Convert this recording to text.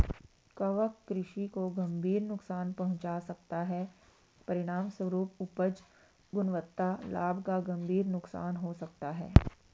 कवक कृषि को गंभीर नुकसान पहुंचा सकता है, परिणामस्वरूप उपज, गुणवत्ता, लाभ का गंभीर नुकसान हो सकता है